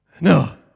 No